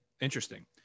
Interesting